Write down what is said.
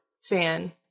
fan